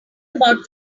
about